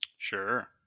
Sure